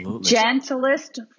gentlest